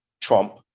Trump